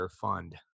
fund